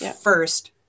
first